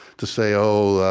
to say, oh,